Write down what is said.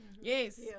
Yes